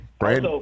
right